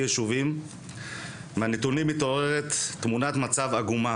בוקר טוב, אנחנו מתחילים ישיבה של ועדת החינוך.